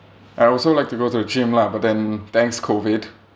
I also like to go to the gym lah but then thanks COVID